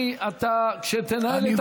אני, אתה, כשתנהל את הדיון, הם בשירותים.